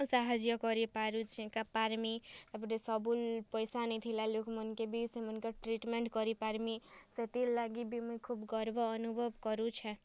ସାହାଯ୍ୟ କରିପାରୁଛେଁ କା ପାରମି ତା'ପରେ ସବୁ ପଇସା ନେଇଥିଲା ଲୋକମନକେ ବି ସେମାନକର୍ ଟ୍ରିଟମେଣ୍ଟ୍ କରିପାରମି ସେଥିରଲାଗି ବି ମୁଇଁ ଖୋବ୍ ଗର୍ବ ଅନୁଭବ କରୁଛେଁ